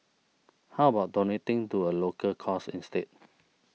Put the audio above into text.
how about donating to a local cause instead